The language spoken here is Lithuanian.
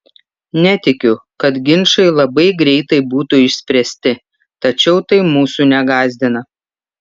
netikiu kad ginčai labai greitai būtų išspręsti tačiau tai mūsų negąsdina